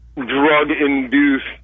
drug-induced